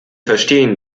verstehen